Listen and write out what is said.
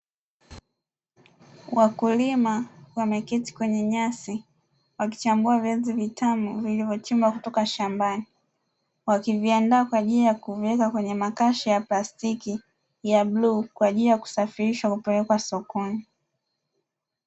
Wakulima wameketi kwenye nyasi wakichambua viazi vitamu vilivyochimbwa kutoka shambani, wakiviandaa kwa ajili ya kuviweka kwenye makasha ya plastiki ya bluu kwa ajili ya kusafirishwa kupelekwa sokoni.